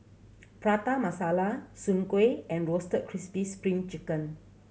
Prata Masala Soon Kuih and Roasted Crispy Spring Chicken